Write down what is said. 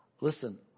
listen